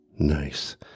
nice